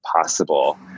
possible